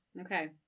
Okay